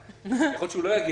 הכלכלית.